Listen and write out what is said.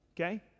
Okay